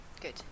Good